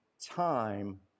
time